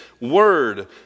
word